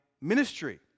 ministry